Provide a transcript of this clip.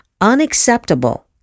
unacceptable